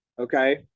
Okay